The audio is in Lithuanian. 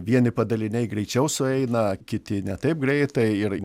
vieni padaliniai greičiau sueina kiti ne taip greitai ir